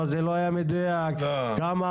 כמה זה לא היה מדויק.